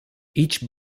each